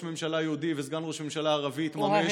ממשלה יהודי וסגן ראש ממשלה ערבי יתממש.